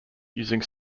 using